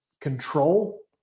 control